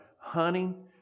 hunting